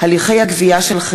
מאת חברת הכנסת שולי